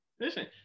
Listen